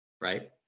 right